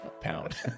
Pound